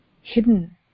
hidden